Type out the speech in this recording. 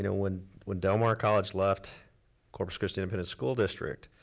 you know when when del mar college left corpus christi independent school district,